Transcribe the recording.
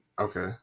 okay